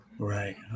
Right